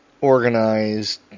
organized